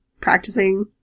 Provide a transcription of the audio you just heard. practicing